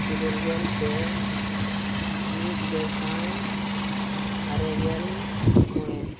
ᱤᱨᱟᱹᱞ ᱜᱮᱞ ᱯᱮ ᱢᱤᱫ ᱜᱮᱥᱟᱭ ᱟᱨᱮ ᱜᱮᱞ ᱢᱚᱬᱮ